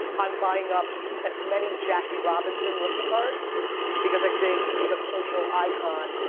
i'm buying up as many jackie robinson rookie cards because i think he's a cultural icon,